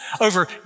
over